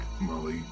Molly